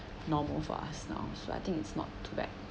normal for us now so I think it's not too bad